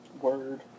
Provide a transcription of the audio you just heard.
Word